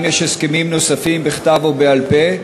אם יש הסכמים נוספים בכתב או בעל-פה,